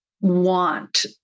want